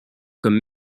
comme